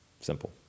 Simple